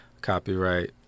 copyright